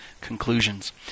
Conclusions